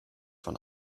von